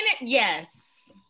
yes